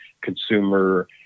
consumer